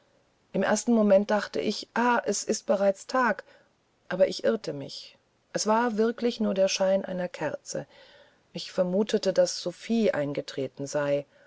im ersten moment dachte ich ah es ist bereits tag aber ich irrte mich es war wirklich nur der schein einer kerze ich vermutete daß sophie eingetreten sei